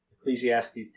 Ecclesiastes